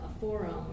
forum